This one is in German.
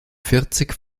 vierzig